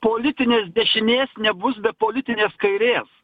politinės dešinės nebus be politinės kairės